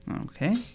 Okay